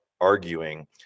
arguing